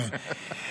כן,